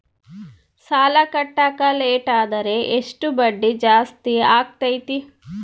ಸಾಲ ಕಟ್ಟಾಕ ಲೇಟಾದರೆ ಎಷ್ಟು ಬಡ್ಡಿ ಜಾಸ್ತಿ ಆಗ್ತೈತಿ?